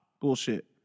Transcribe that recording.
bullshit